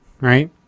right